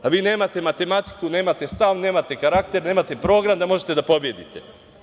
A vi nemate matematiku, nemate stav, nemate karakter, nemate program da možete da pobedite.